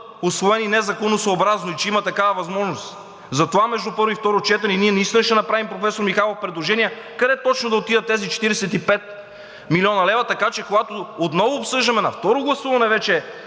усвоени незаконосъобразно и че има такава възможност. Затова между първо и второ четене ние наистина ще направим, професор Михайлов, предложения къде точно да отидат тези 45 млн. лв., така че когато отново обсъждаме на второ гласуване вече